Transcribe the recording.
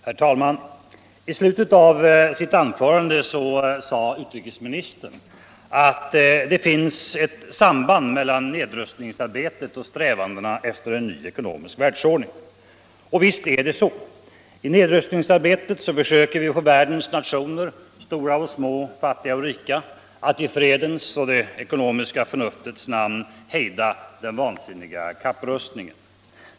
Herr talman! I slutet av sitt anförande sade utrikesministern att det finns ”ett samband mellan nedrustningsarbetet och strävandena efter en ny ekonomisk världsordning”. Och visst är det så. I nedrustningarbetet försöker vi få världens nationer, stora och små, fattiga och rika, att i fredens och det ekonomiska förnuftets namn hejda den vansinniga kapprustningen.